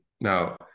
Now